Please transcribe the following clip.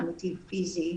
ביטחון אמיתי פיזי,